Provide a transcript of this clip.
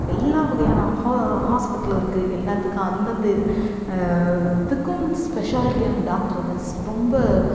எல்லா வகையான ஹா ஹாஸ்பிடல் இருக்குது எல்லாத்துக்கும் அந்தந்த இதுக்கும் ஸ்பெஷாலிட்டியான டாக்ட்ரு நர்ஸ் ரொம்ப